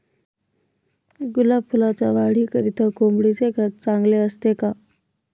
गुलाब फुलाच्या वाढीकरिता कोंबडीचे खत चांगले असते का?